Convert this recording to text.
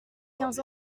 quinze